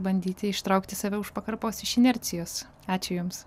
bandyti ištraukti save už pakarpos iš inercijos ačiū jums